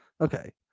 Okay